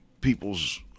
people's